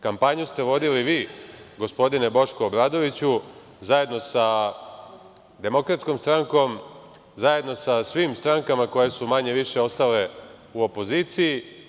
Kampanju ste vodili vi, gospodine Boško Obradoviću, zajedno sa DS, zajedno sa svim strankama koje su manje-više ostale u opoziciji.